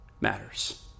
matters